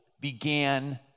began